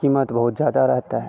कीमत बहुत ज़्यादा रहता है